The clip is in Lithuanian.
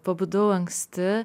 pabudau anksti